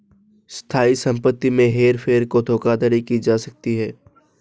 स्थायी संपत्ति में हेर फेर कर धोखाधड़ी की जा सकती है